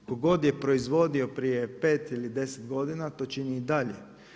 Tko god je proizvodio prije 5 ili 10 godina to čini i dalje.